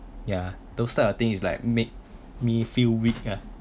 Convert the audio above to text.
ya those type of thing is like made me feel weak ah